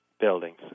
buildings